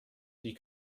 die